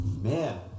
Man